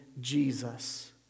Jesus